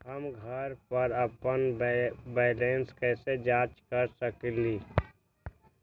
हम घर पर अपन बैलेंस कैसे जाँच कर सकेली?